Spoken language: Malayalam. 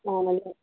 ആണല്ലേ